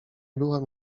byłam